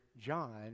John